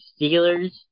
Steelers